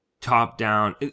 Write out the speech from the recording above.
top-down